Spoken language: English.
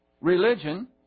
religion